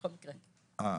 בכל מקרה,